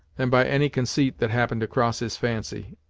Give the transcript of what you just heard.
than by any conceit that happened to cross his fancy,